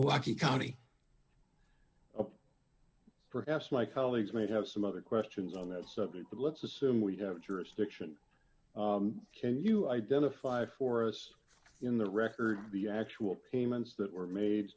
wacky county perhaps my colleagues may have some other questions on that subject but let's assume we have jurisdiction can you identify for us in the record the actual payments that were made